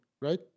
right